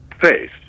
face